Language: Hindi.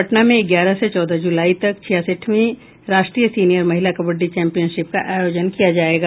पटना में ग्यारह से चौदह जुलाई तक छियासठवीं राष्ट्रीय सीनियर महिला कबड़डी चैम्पियनशिप का आयोजन किया जायेगा